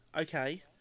okay